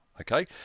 okay